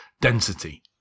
Density